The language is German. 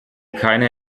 keine